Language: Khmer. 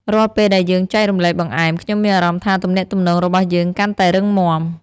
រាល់ពេលដែលយើងចែករំលែកបង្អែម ខ្ញុំមានអារម្មណ៍ថាទំនាក់ទំនងរបស់យើងកាន់តែរឹងមាំ។